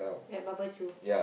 like barbecue